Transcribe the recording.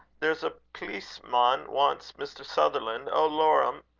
there's a pleaceman wants mr. sutherland. oh! lor'm!